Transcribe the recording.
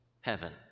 heaven